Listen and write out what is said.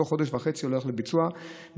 בתוך חודש וחצי זה הולך לביצוע במכרז,